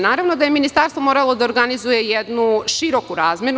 Naravno da je ministarstvo moralo da organizuje jednu široku razmenu.